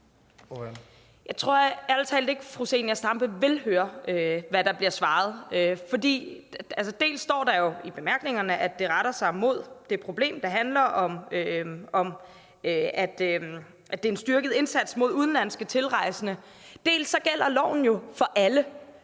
Jeg tror ærlig talt ikke, fru Zenia Stampe vil høre, hvad der bliver svaret. For dels står der jo i bemærkningerne, at det retter sig mod det, der handler om, at det er en styrket indsats mod udenlandske tilrejsende, dels gælder loven for alle.